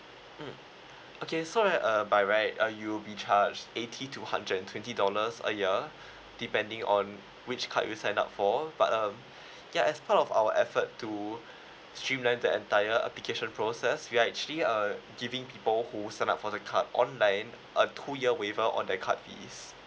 mm okay so right uh by right uh you'll be charged eighty two hundred and twenty dollars a year depending on which card you sign up for but uh ya as part of our effort to streamline the entire application process we are actually uh giving people who sign up for the card online a two year waiver on that card fees